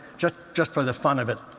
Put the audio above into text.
just just for the fun of it.